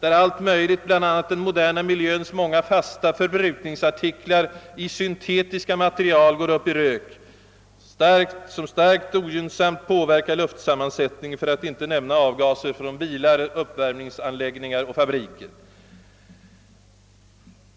där allt möjligt — bl.a. den moderna miljöns många nya, fasta förbrukningsartiklar i syntetiska material — går upp i rök, som mycket ogynnsamt påverkar luftsammansättningen, för att inte också nämna avgaserna från bilar, uppvärmningsanläggningar och fabriker.